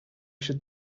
should